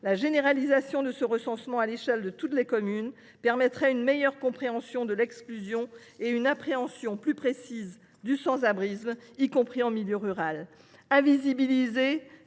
La généralisation de ce recensement à l’échelle de toutes ces collectivités permettrait une meilleure compréhension de l’exclusion et une appréhension plus précise du sans abrisme, y compris en milieu rural.